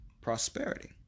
prosperity